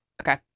Okay